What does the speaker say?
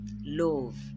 Love